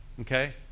Okay